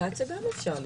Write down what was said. אפליקציה גם אפשר לפרוץ,